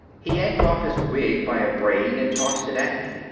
he yanked off his wig by a braid and tossed it at me.